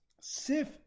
Sif